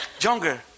Younger